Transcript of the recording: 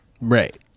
Right